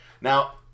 Now